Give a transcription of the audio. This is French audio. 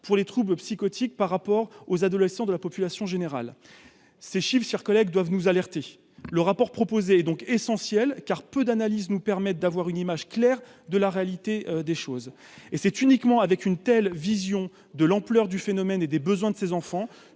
pour les troubles psychotiques par rapport aux adolescents de la population générale c'est chiffre chers collègues doivent nous alerter le rapport proposé donc essentiel car peu d'analyse nous permettent d'avoir une image claire de la réalité des choses et c'est uniquement avec une telle vision de l'ampleur du phénomène et des besoins de ses enfants,